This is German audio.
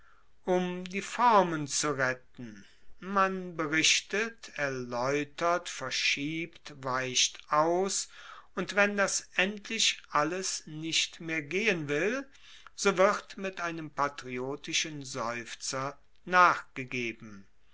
um die formen zu retten man berichtet erlaeutert verschiebt weicht aus und wenn das endlich alles nicht mehr gehen will so wird mit einem patriotischen seufzer nachgegeben